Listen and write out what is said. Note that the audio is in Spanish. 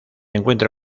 encuentra